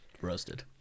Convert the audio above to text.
Roasted